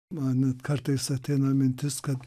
man net kartais ateina mintis kad